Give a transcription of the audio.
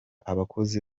abakozi